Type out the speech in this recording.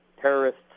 terrorists